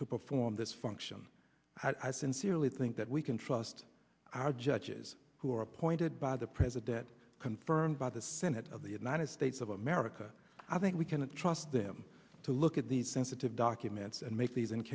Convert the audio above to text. to perform this function i sincerely think that we can trust our judges who are appointed by the president confirmed by the senate of the united states of america i think we can trust them to look at these sensitive documents and ma